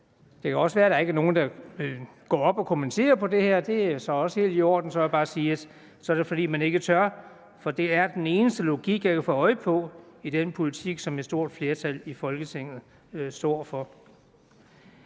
Det kan også være, at der ikke er nogen, der vil gå op og kommentere det her. Det er så også helt i orden, men så vil jeg bare sige, at det er, fordi man ikke tør. For det er den eneste logik, jeg kan få øje på i den politik, som et stort flertal i Folketinget står for.